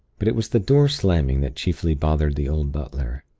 but it was the door slamming that chiefly bothered the old butler.